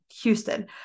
Houston